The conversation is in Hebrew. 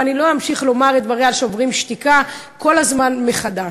ואני לא אמשיך לומר את דברי על "שוברים שתיקה" כל הזמן מחדש.